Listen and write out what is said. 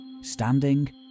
standing